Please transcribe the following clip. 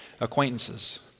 acquaintances